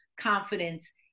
confidence